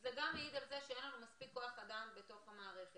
זה מעיד על זה שאין לנו מספיק כוח אדם בתוך המערכת.